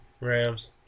Rams